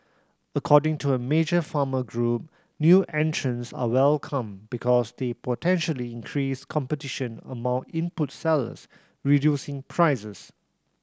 according to a major farmer group new entrants are welcome because they potentially increase competition among input sellers reducing prices